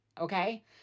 okay